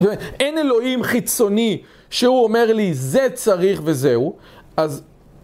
זאת אומרת, אין אלוהים חיצוני שהוא אומר לי זה צריך וזהו אז...